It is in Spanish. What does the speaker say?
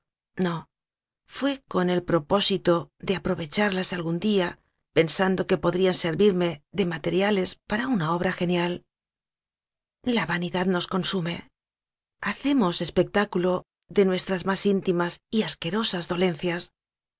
no fué con el propósito de aprovecharlas algún día pensando que podrían servirme de materiales para una obra genial la vanidad nos consume hacemos espectáculo de nuestras más íntimas y asquerosas dolencias